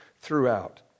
throughout